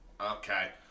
Okay